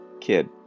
Kid